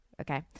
Okay